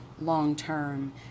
long-term